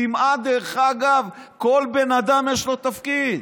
כמעט כל בן אדם, יש לו תפקיד.